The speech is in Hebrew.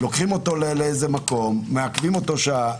לוקחים אותו למקום, מעכבים אותו שעה.